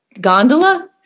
gondola